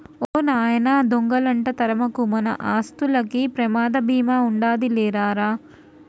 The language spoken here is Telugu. ఓ నాయనా దొంగలంట తరమకు, మన ఆస్తులకి ప్రమాద బీమా ఉండాదిలే రా రా